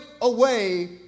away